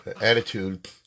attitude